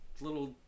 little